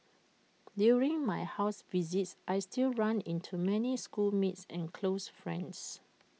during my house visits I still run into many schoolmates and close friends